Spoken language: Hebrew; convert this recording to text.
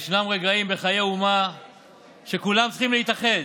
ישנם רגעים בחיי אומה שכולם צריכים להתאחד.